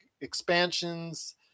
expansions